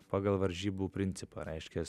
pagal varžybų principą reiškias